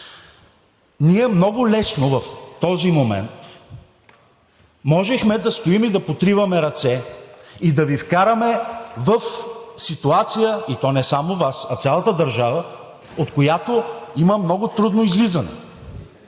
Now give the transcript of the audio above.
Ние много лесно в този момент можехме да стоим и да потриваме ръце, и да Ви вкараме в ситуация – и то не само Вас, а цялата държава, от която има много трудно излизане,